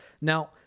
now